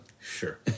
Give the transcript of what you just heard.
sure